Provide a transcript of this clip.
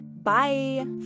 Bye